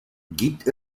gibt